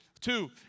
Two